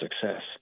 success